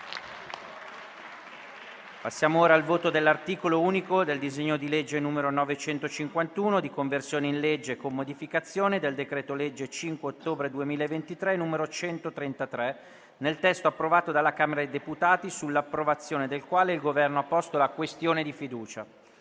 nominale con appello dell'articolo unico del disegno di legge n. 951, di conversione in legge, con modificazioni, del decreto-legge 5 ottobre 2023, n. 133, nel testo approvato dalla Camera dei deputati, sull'approvazione del quale il Governo ha posto la questione di fiducia: